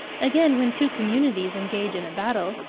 again, when two communities engage in a battle,